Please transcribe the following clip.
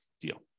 deal